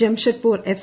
Jamshedpur F